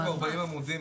יש פה 40 עמודים,